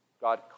God